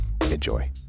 enjoy